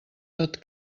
tot